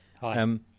Hi